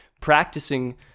practicing